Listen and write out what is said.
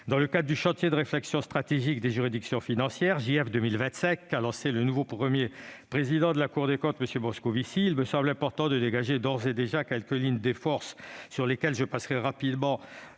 Dans le cadre du chantier de réflexions stratégiques des juridictions financières « JF 2025 » lancé par le nouveau Premier président de la Cour des comptes, M. Moscovici, il me semble important de dégager, d'ores et déjà, quelques lignes de force. Il convient de conserver l'indépendance